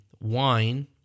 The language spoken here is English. wine